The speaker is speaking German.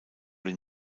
den